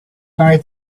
night